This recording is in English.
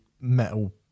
metal